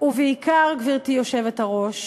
ובעיקר, גברתי היושבת-ראש,